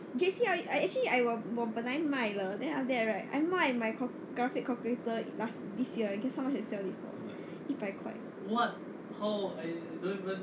J_C I actually I 我本来卖了 then after that right I 卖 my graphing calculator last this year guess how I sell it for 一百块